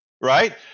right